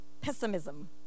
pessimism